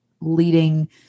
leading